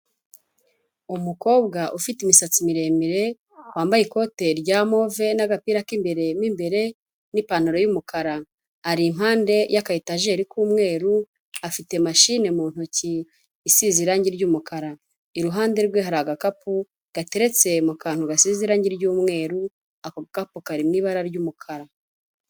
Umukobwa ufite imisatsi miremire, wambaye ikote rya move, n'agapira k'imbere mo imbere, n'ipantaro y'umukara, ari impande y'aka etajeri k'umweru, afite mashine mu ntoki, isize irangi ry'umukara, iruhande rwe hari agakapu, gateretse mu kantu gasize irangi ry'umweru, ako gakapu kari mu ibara ry'umukara.